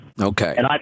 Okay